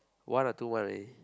one or two one already